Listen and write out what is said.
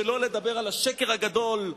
שלא לדבר על השקר הגדול,